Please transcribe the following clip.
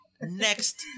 Next